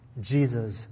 Jesus